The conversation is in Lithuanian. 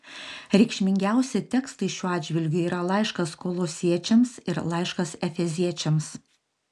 reikšmingiausi tekstai šiuo atžvilgiu yra laiškas kolosiečiams ir laiškas efeziečiams